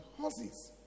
horses